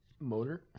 motor